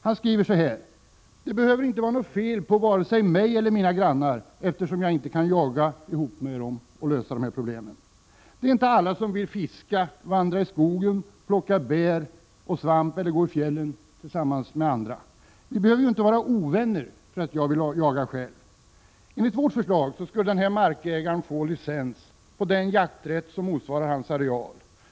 Han skriver så här: Det behöver inte vara något fel på vare sig mig eller mina grannar bara därför att jag inte kan jaga tillsammans med dem och lösa de här problemen. Det är inte alla som vill fiska, vandra i skogen, plocka bär och svamp eller gå i fjällen tillsammans med andra. Jag behöver ju inte vara ovän med mina grannar för att jag vill jaga ensam. Enligt vårt förslag skulle den här markägaren få licens på den jakträtt som motsvarar hans areal.